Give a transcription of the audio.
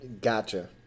Gotcha